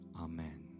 amen